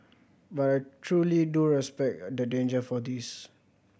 but I truly do respect the danger for this